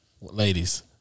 ladies